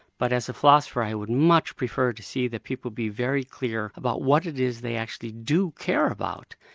but as a philosopher i would much prefer to see that people be very clear about what it is they actually do care about,